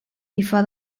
before